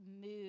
move